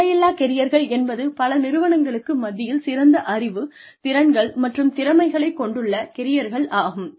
எல்லையில்லா கெரியர்கள் என்பது பல நிறுவனங்களுக்கு மத்தியில் சிறந்த அறிவு திறன்கள் மற்றும் திறமைகளை கொண்டுள்ள கெரியர்கள் ஆகும்